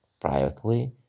privately